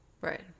Right